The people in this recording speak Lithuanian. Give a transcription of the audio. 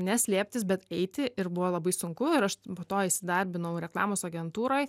ne slėptis bet eiti ir buvo labai sunku ir aš po to įsidarbinau reklamos agentūroj